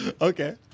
Okay